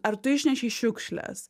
ar tu išnešei šiukšles